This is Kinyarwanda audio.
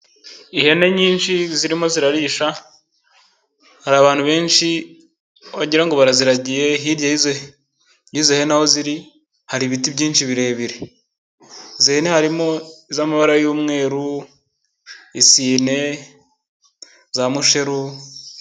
Ihene nyinshi zirimo zirarisha hari abantu benshi wagira ngo baraziragiye hirya y'izo hene aho ziri hari ibiti byinshi birebire, izo hene harimo iz'amabara y'umweru, isine, za musheru.